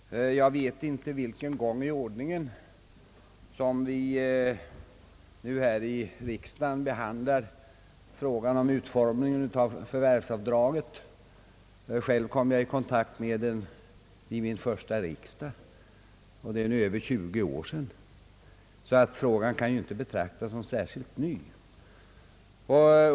Herr talman! Jag vet inte vilken gång i ordningen som vi nu här i riksdagen behandlar frågan om utformningen av förvärvsavdraget. Själv kom jag i kontakt med den vid min första riksdag, och det är nu över 20 år sedan. Frågan kan alltså inte betraktas som särskilt ny.